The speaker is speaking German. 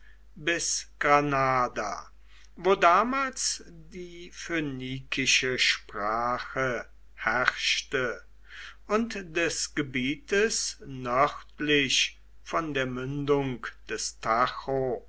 bis granada wo damals die phönikische sprache herrschte und des gebietes nördlich von der mündung des tajo